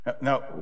Now